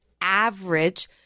average